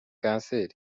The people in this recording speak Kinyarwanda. kanseri